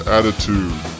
Attitude